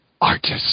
artist